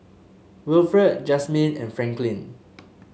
Wilfred Jazmin and Franklyn